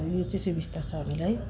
यो चाहिँ सुविस्ता छ हामीलाई